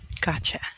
Gotcha